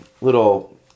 little